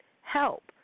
help